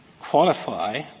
qualify